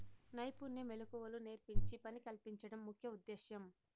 నైపుణ్య మెళకువలు నేర్పించి పని కల్పించడం ముఖ్య ఉద్దేశ్యం